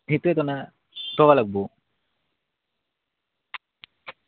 সেইটোৱেতো না